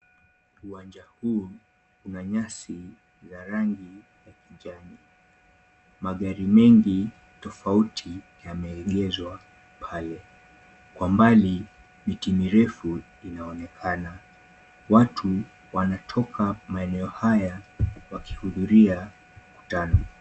Uwanja huu una nyasi za rangi ya kijani. Magari mengi tofauti yameegeshwa pale. Kwa mbali miti mirefu inaonekana. Watu wanatoka maeneo haya wakihudhuria mkutano.